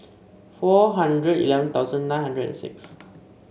four hundred eleven thousand nine hundred and six